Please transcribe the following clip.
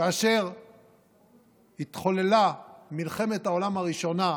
כאשר התחוללה מלחמת העולם הראשונה,